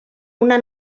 una